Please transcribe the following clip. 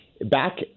back